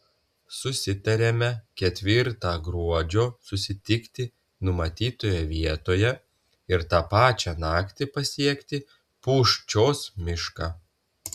susitariame ketvirtą gruodžio susitikti numatytoje vietoje ir tą pačią naktį pasiekti pūščios mišką